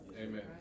Amen